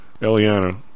Eliana